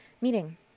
meeting